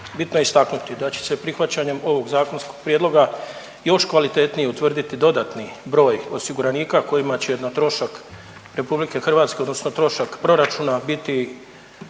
bitno je istaknuti da će se prihvaćanjem ovog zakonskog prijedloga još kvalitetnije utvrditi dodatni broj osiguranika kojima će na trošak RH odnosno trošak proračuna biti